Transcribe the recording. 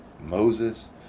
Moses